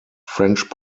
french